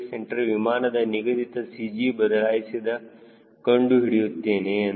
c ವಿಮಾನದ ನಿಗದಿತ CG ಬದಲಾಯಿಸದೆ ಕಂಡು ಹಿಡಿಯುತ್ತೇನೆ ಎಂದು